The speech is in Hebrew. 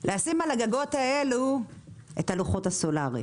לשים על הגגות האלו את הלוחות הסולאריים,